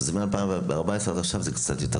אז מ-2014 עד עכשיו זה קצת יותר טוב.